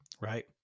right